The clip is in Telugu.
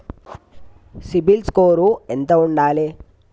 సిబిల్ స్కోరు ఎంత ఉండాలే?